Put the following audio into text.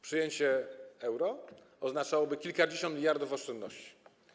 Przyjęcie euro oznaczałoby kilkadziesiąt miliardów oszczędności.